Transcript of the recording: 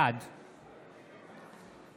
בעד